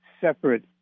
separate